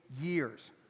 years